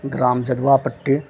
ग्राम जदुआ पट्टी